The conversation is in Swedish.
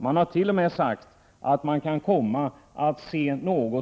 Man har t.o.m. sagt att man eventuellt kan se